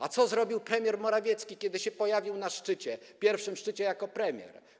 A co zrobił premier Morawiecki, kiedy pojawił się na szczycie, pierwszym szczycie jako premier?